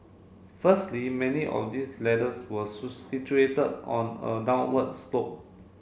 firstly many of these ladders were situated on a downwards slope